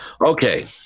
Okay